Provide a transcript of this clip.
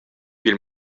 pil